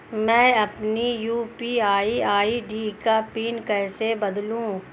मैं अपनी UPI ID का पिन कैसे बदलूं?